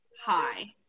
Hi